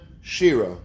Shira